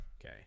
Okay